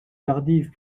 tardive